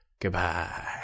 Goodbye